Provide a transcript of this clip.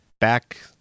back